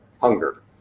hunger